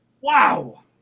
Wow